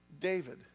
David